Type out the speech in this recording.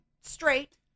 straight